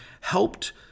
helped